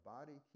Body